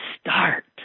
start